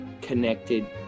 connected